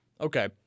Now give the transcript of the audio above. Okay